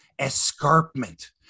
Escarpment